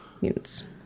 Mutants